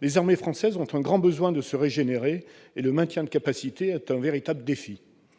Les armées françaises ont un grand besoin de se régénérer et le maintien de nos capacités est un véritable défi.